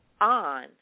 on